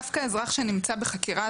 דווקא אזרח שנמצא בחקירה,